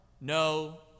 no